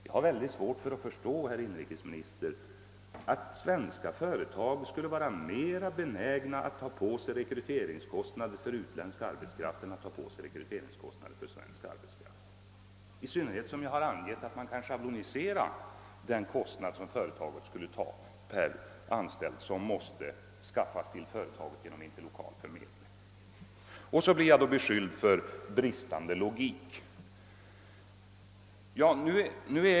Jag har mycket svårt att förstå, herr inrikesminister, att svenska företag skulle vara mera benägna att ta på sig rekryteringskostnader för utländsk arbetskraft än för svensk arbetskraft, i synnerhet som jag angett att den kostnad som företaget måste ta på sig för att anställa en person genom interlokal förmedling kan schabloniseras. Så blir jag då beskylld för bristande logik.